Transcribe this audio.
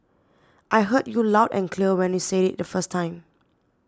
I heard you loud and clear when you said it the first time